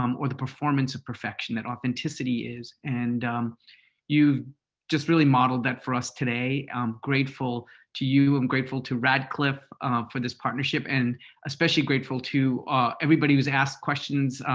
um or the performance of perfection. that authenticity is. and you just really modeled that for us today. i'm grateful to you. i'm grateful to radcliffe for this partnership. and especially grateful to everybody was asked questions.